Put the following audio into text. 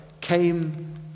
came